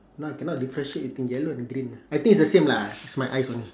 now I cannot differentiate between yellow and green ah I think is the same lah it's my eyes only